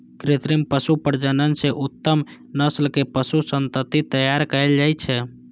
कृत्रिम पशु प्रजनन सं उत्तम नस्लक पशु संतति तैयार कएल जाइ छै